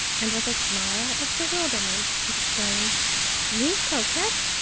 and with a smile of bewilderment, exclaimed me croquette?